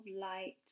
light